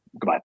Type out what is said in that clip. Goodbye